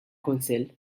kunsill